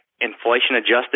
inflation-adjusted